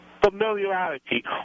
familiarity